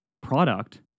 product